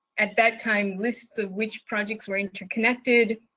at that time, lists of which projects were interconnected,